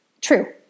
true